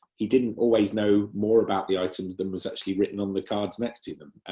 he didn't always know more about the items than was actually written on the cards next to them,